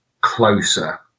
closer